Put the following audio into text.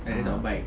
ah